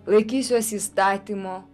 laikysiuos įstatymo